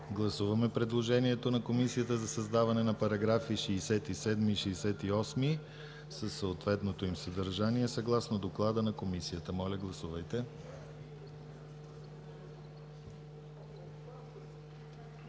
Гласуваме предложението на Комисията за създаване на параграфи 67 и 68 със съответното им съдържание, съгласно Доклада на Комисията. Гласували